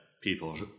people